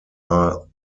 are